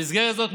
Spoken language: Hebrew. במסגרת זאת,